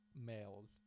males